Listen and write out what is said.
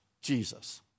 Jesus